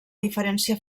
diferència